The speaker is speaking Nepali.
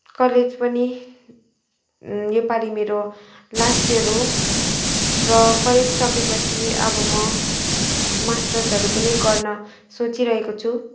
कलेज पनि योपालि मेरो लास्ट इयर हो र कलेज सकेपछि अब म मास्टर्सहरू पनि गर्न सोचिरहेको छु